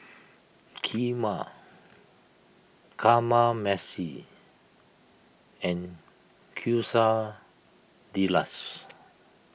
Kheema Kamameshi and Quesadillas